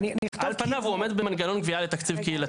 על פניו הוא עומד במנגנון גבייה לתקציב קהילתי.